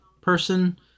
person